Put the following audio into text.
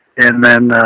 and then